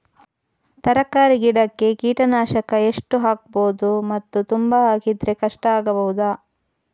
ತರಕಾರಿ ಗಿಡಕ್ಕೆ ಕೀಟನಾಶಕ ಎಷ್ಟು ಹಾಕ್ಬೋದು ಮತ್ತು ತುಂಬಾ ಹಾಕಿದ್ರೆ ಕಷ್ಟ ಆಗಬಹುದ?